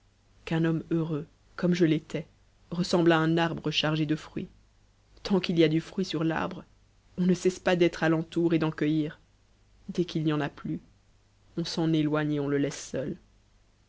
qu'un homme heumux comme je l'étais ressemble à un arbre chargé de fruit tant qu'il y a du fruit sur l'arbre on ne cesse pas d'être à l'entour et d'en cueillir des qu'il n'y en a plus on s'en éteigne et on le laisse seul